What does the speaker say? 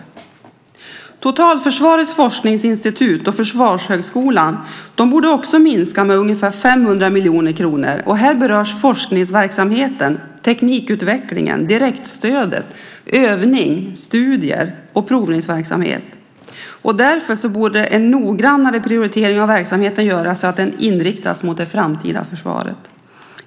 Kostnaderna för Totalförsvarets forskningsinstitut och Försvarshögskolan borde också minska med ungefär 500 miljoner kronor. Här berörs forskningsverksamheten, teknikutvecklingen, direktstödet, övning, studier och provningsverksamhet. Därför borde en noggrannare prioritering av verksamheten göras så att den inriktas mot det framtida försvaret.